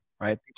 right